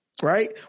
Right